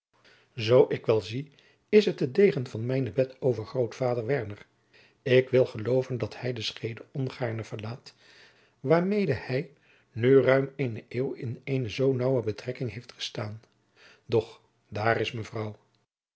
zoo ik wel zie is het de degen van mijnen bet overgrootvader werner ik wil geloven dat hij de schede ongaarne verlaat waarmede hij nu ruim eene eeuw in eene zoo naauwe betrekking heeft gestaan doch daar is mevrouw